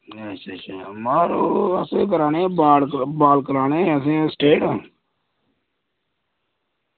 अच्छा अच्छा महां यरो असें कराने हे बाल बाल कराने हे स्ट्रेट